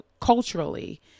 culturally